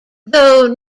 though